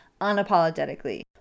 unapologetically